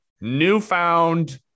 newfound